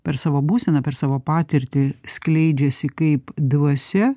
per savo būseną per savo patirtį skleidžiasi kaip dvasia